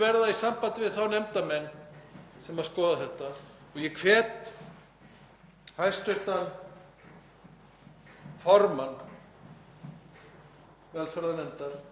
velferðarnefndar að skoða þetta vegna þess að þetta er ekki stórmál fyrir okkur að laga.